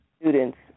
student's